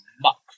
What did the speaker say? muck